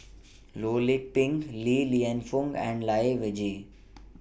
Loh Lik Peng Li Lienfung and Lai Weijie